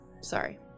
Sorry